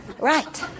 right